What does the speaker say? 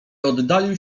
oddalił